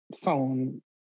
phone